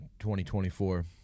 2024